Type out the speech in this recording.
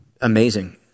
amazing